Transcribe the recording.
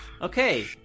okay